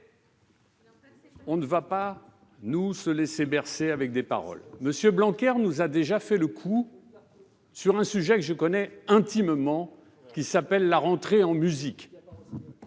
n'allons pas nous laisser bercer avec des paroles. M. Jean-Michel Blanquer nous a déjà fait le coup sur un sujet que je connais intimement, qui s'appelle la Rentrée en musique.